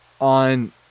on